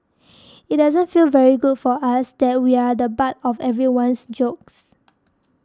it doesn't feel very good for us that we're the butt of everyone's jokes